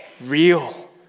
real